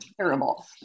terrible